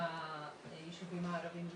היישובים הערביים?